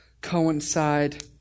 coincide